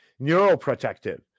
neuroprotective